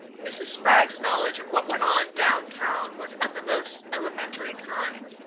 mrs. spragg's knowledge of what went on down town was of the most elementary kind,